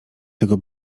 tego